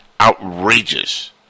outrageous